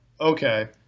okay